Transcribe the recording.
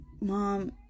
mom